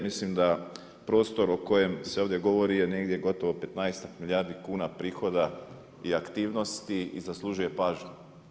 Mislim da prostor o kojem se ovdje govori je negdje gotovo 15-ak milijardi kuna prihoda i aktivnosti i zaslužuje pažnju.